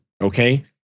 Okay